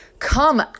come